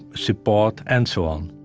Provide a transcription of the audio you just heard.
support, and so on